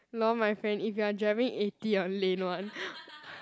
lol my friend if you're driving eighty on lane one